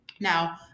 now